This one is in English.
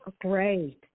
great